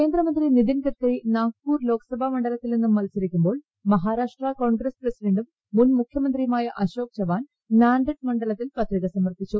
കേന്ദ്രമന്ത്രി നിതിൻ ഗഡ്കരി നാഗ്പൂർ ലോക്സഭ മണ്ഡലത്തിൽ നിന്നും മത്സരിക്കുമ്പോൾ മഹാരാഷ്ട്ര കോൺഗ്രസ് പ്രസിഡന്റും മുൻമുഖ്യമന്ത്രിയുമായ അശോക് ചവാൻ നാൻഡഡ് മണ്ഡലത്തിൽ പത്രിക സമർപ്പിച്ചു